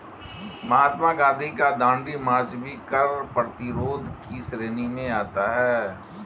महात्मा गांधी का दांडी मार्च भी कर प्रतिरोध की श्रेणी में आता है